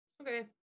okay